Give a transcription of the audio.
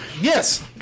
Yes